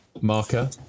marker